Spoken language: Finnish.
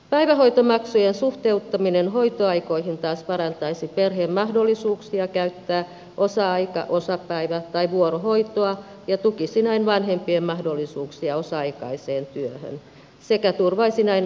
päivähoitomaksujen suhteuttaminen hoitoaikoihin taas parantaisi perheen mahdollisuuksia käyttää osa aika osapäivä tai vuorohoitoa ja tukisi näin vanhempien mahdollisuuksia osa aikaiseen työhön sekä turvaisi näin vanhemman kosketuksen työelämään